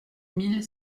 mille